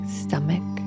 stomach